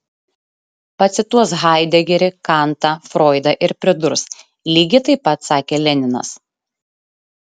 pacituos haidegerį kantą froidą ir pridurs lygiai taip pat sakė leninas